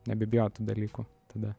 nebebijot tų dalykų tada